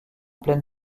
pleine